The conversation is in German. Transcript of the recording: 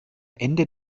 ende